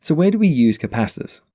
so where do we use capacitors?